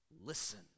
Listen